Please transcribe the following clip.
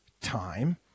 time